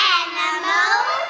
animals